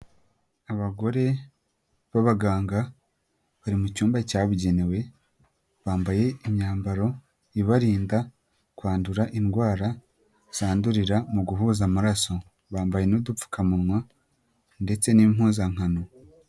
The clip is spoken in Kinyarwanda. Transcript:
Abagore babaganga bari mu cyumba cyabugenewe bambaye imyambaro ibarinda kwandura indwara zandurira mu guhuza amaraso, bambaye n'udupfukamunwa ndetse n'impuzankano.